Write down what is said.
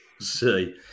see